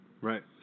Right